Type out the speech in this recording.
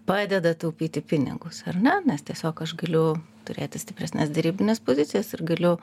padeda taupyti pinigus ar ne nes tiesiog aš galiu turėti stipresnes derybines pozicijas ir galiu